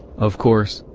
of course,